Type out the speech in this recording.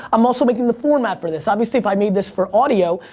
i'm also making the format for this. obviously if i made this for audio,